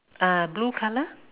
uh blue color